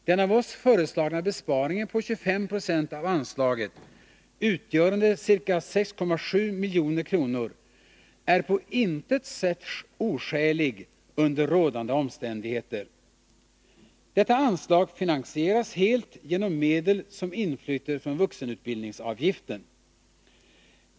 Den av oss föreslagna besparingen på 25 960 av anslaget, utgörande ca 6,7 milj.kr., är på intet sätt oskälig under rådande omständigheter. Detta anslag finansieras helt genom medel som inflyter från vuxenutbildningsavgiften.